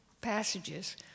passages